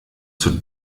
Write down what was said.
zur